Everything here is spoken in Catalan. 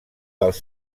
dels